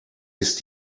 ist